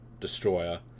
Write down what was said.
destroyer